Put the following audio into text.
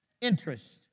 Interest